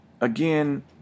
again